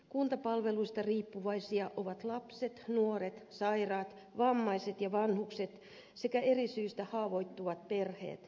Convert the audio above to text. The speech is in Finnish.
kuntapalveluista riippuvaisia ovat lapset nuoret sairaat vammaiset ja vanhukset sekä eri syistä haavoittuvat perheet